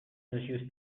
monsieur